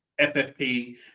FFP